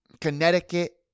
Connecticut